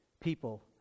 people